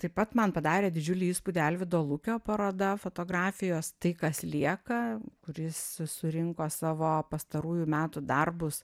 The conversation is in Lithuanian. taip pat man padarė didžiulį įspūdį alvydo lukio paroda fotografijos tai kas lieka kuris surinko savo pastarųjų metų darbus